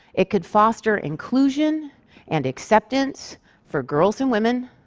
it could foster inclusion and acceptance for girls and women,